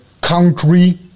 country